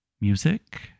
music